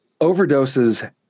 overdoses